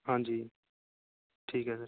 ਹਾਂਜੀ ਠੀਕ ਹੈ ਸਰ